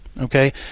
okay